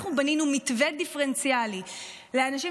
אנחנו בנינו מתווה דיפרנציאלי לאנשים